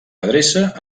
adreça